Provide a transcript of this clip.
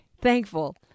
thankful